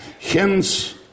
Hence